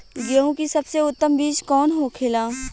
गेहूँ की सबसे उत्तम बीज कौन होखेला?